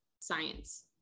science